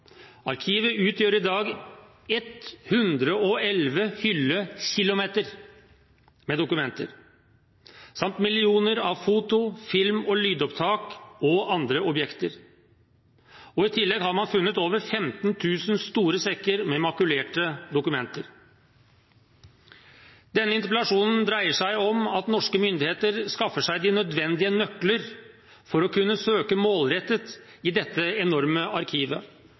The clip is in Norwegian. Arkivet utgjør i dag 111 hyllekilometer med dokumenter samt millioner av foto, filmopptak, lydopptak og andre objekter. I tillegg har man funnet over 15 000 store sekker med makulerte dokumenter. Denne interpellasjonen dreier seg om at norske myndigheter skaffer seg de nødvendige nøkler for å kunne søke målrettet i dette enorme arkivet.